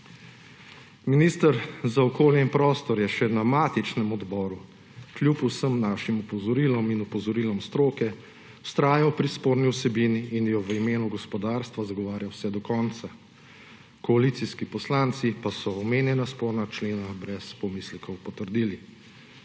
Minister za okolje in prostor je še na matičnem odboru kljub vsem našim opozorilom in opozorilom stroke vztrajal pri sporni vsebini in jo v imeni gospodarstva zagovarjal vse do konca. Koalicijski poslanci pa so omenjena sporna člena brez pomislekov potrdili.